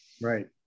right